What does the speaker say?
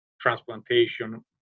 transplantation